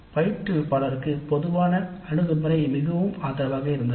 பயிற்றுவிப்பாளரின் பொதுவான அணுகுமுறை மிகவும் ஆதரவாக இருந்தது